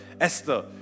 Esther